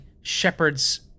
shepherds